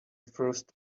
first